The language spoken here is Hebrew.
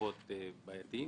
בחובות בעייתיים.